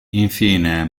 infine